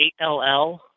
8LL